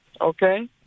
okay